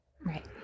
right